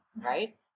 right